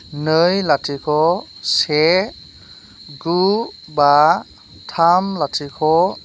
नै लाथिख' से गु बा थाम लाथिख'